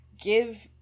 give